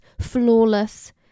flawless